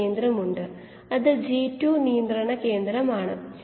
XmXo ആയത്കൊണ്ട് ഒരു ബാച്ചിൽ 10 30 മടങ്ങാണ്